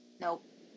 Nope